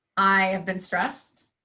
i have been stressed.